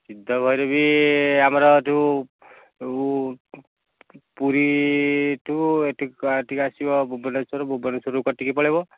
ସିଦ୍ଧଭୈରବୀ ଆମର ଯେଉଁ ପୁରୀଠୁ ଏଠିକି ଆସିବ ଭୁବେନେଶ୍ଵର ଭୁବେନେଶ୍ଵରରୁ କଟିକି ପଳେଇବ